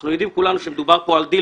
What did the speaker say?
אנחנו יודעים כולנו שמדובר פה על דיל